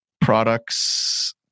products